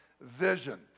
vision